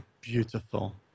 beautiful